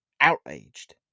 outraged